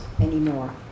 anymore